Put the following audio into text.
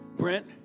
Brent